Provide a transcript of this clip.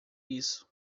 isso